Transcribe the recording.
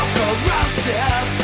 corrosive